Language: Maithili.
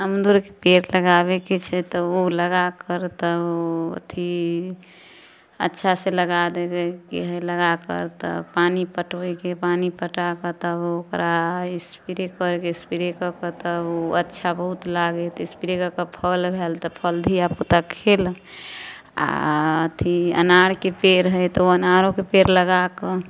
अमरुदके पेड़ लगाबैके छै तऽ ओ लगा कर तब अथी अच्छा सँ लगा देबै ईहै लगा कर तब पानी पटबैके पानी पटा कऽ तब ओकरा स्प्रे करैके स्प्रे कऽ कऽ तब ओ अच्छा बहुत लागै स्प्रे कऽ के फल भेल फल धिया पुता खेलक आ अथी अनारके पेड़ हइ तऽ ओ अनारोके पेड़ लगा कऽ